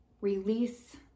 release